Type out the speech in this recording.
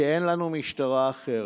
כי אין לנו משטרה אחרת.